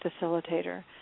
facilitator